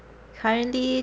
currently